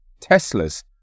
Teslas